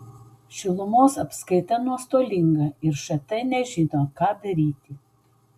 šilumos apskaita nuostolinga ir št nežino ką daryti